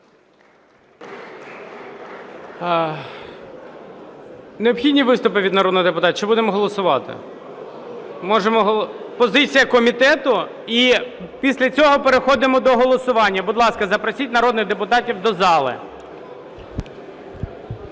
Необхідні виступи від народних депутатів чи можемо голосувати? Можемо… Позиція комітету, і після цього переходимо до голосування. Будь ласка, запросіть народних депутатів до зали.